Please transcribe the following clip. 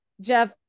Jeff